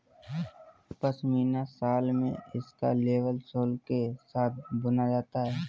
pashmina shawl में इसका label सोल के साथ बुना जाता है